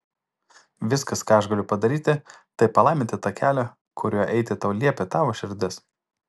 viskas ką aš galiu padaryti tai palaiminti tą kelią kuriuo eiti tau liepia tavo širdis